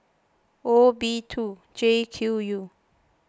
O B two J Q U